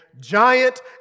giant